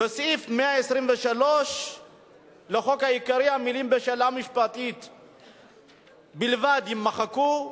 בסעיף 123 לחוק העיקרי המלים "בשאלה משפטית בלבד" יימחקו,